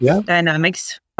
Dynamics